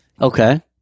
okay